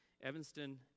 evanston